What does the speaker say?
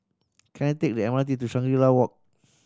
can I take the M R T to Shangri La Walk